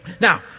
Now